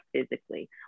physically